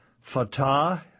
Fatah